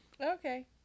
Okay